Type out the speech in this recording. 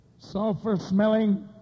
Sulfur-smelling